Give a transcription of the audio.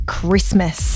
Christmas